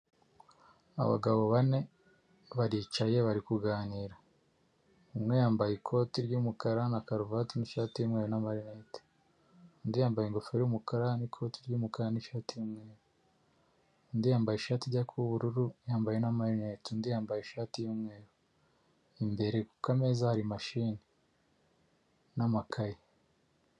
Abagabo bane baricaye bari kuganira, umwe yambaye ikoti ry'umukara na karuvati n'ishati y'umweru n'amarinete, undi yambaye ingofero y'umukara n'ikoti ry'umukara n'ishati y'umweru, undi yambaye ishati ijya kuba ubururu yambaye n'amarinete, undi yambaye ishati y'umweru. Imbere ku kameza hari mashini n'amakayi.